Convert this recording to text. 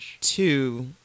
two